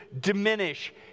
diminish